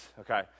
okay